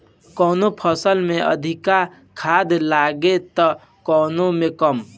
कवनो फसल में अधिका खाद लागेला त कवनो में कम